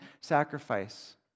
sacrifice